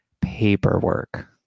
paperwork